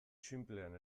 xinplean